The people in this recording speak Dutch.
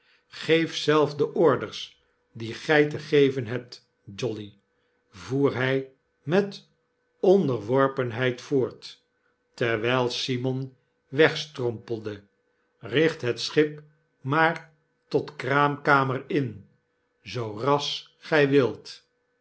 zelf de orders die gy te geven hebt jolly voer hij met onderworpenheid voort terwyl simon wegstrompelde w eicht het schip maar tot kraamkamer in zoo ras gy wilt